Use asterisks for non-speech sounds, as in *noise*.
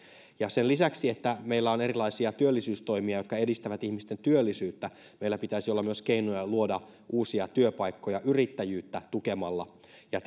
sen lisäksi että meillä on erilaisia työllisyystoimia jotka edistävät ihmisten työllisyyttä meillä pitäisi olla myös keinoja luoda uusia työpaikkoja yrittäjyyttä tukemalla ja *unintelligible*